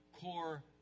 core